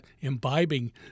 imbibing